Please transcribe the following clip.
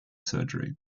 surgery